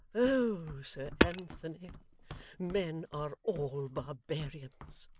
o sir anthony men are all barbarians.